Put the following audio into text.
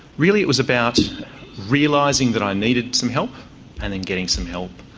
really it was about realising that i needed some help and then getting some help.